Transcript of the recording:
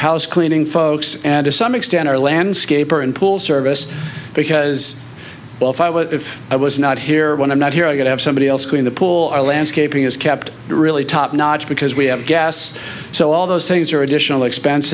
house cleaning folks and to some extent our landscaper and pool service because well if i were if i was not here when i'm not here i could have somebody else clean the pool or landscaping is kept really top notch because we have gas so all those things are additional expense